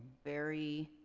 very,